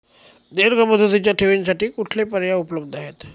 दीर्घ मुदतीच्या ठेवींसाठी कुठले पर्याय उपलब्ध आहेत?